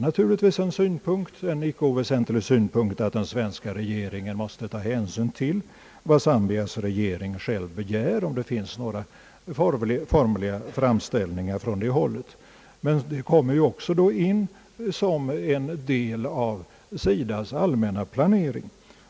En icke oväsentlig synpunkt är att den svenska regeringen måste ta hänsyn till vad Zambias regering själv begär, om det finns några formella framställningar från det hållet. även en sådan stödåtgärd utgör en del av SIDA:s allmänna planering.